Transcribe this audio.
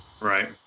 Right